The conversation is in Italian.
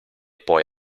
poi